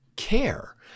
Care